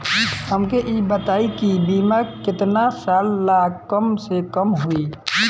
हमके ई बताई कि बीमा केतना साल ला कम से कम होई?